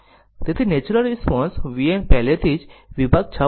તેથી natural response vn પહેલેથી જ વિભાગ 6